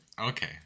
Okay